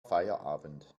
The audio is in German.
feierabend